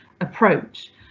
approach